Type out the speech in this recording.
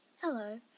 Hello